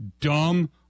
Dumb